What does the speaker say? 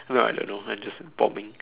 no I don't know I just bombing